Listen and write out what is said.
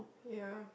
ya